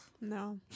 No